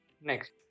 Next